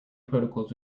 protocols